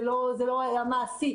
זה לא היה מעשי.